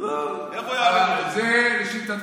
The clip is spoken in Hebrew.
איך הוא יעלים אותו?